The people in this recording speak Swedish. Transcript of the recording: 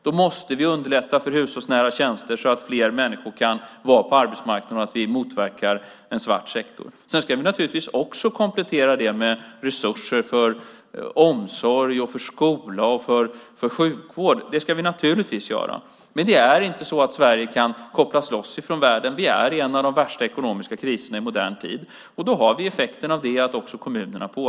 Då måste vi underlätta för hushållsnära tjänster så att fler människor kan vara på arbetsmarknaden och vi motverkar en svart sektor. Vi ska naturligtvis också komplettera detta med resurser för omsorg, skola och sjukvård. Men Sverige kan inte kopplas loss från världen. Vi är i en av de värsta ekonomiska kriserna i modern tid, och då påverkas också kommunerna.